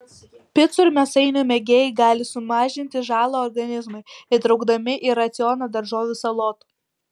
picų ir mėsainių mėgėjai gali sumažinti žalą organizmui įtraukdami į racioną daržovių salotų